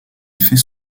effet